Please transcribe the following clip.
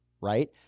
Right